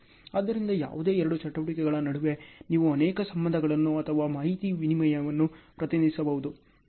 ಆದ್ದರಿಂದ ಯಾವುದೇ ಎರಡು ಚಟುವಟಿಕೆಗಳ ನಡುವೆ ನೀವು ಅನೇಕ ಸಂಬಂಧಗಳನ್ನು ಅಥವಾ ಮಾಹಿತಿ ವಿನಿಮಯವನ್ನು ಪ್ರತಿನಿಧಿಸಬಹುದು